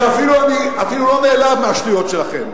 שאני אפילו לא נעלב מהשטויות שלכם.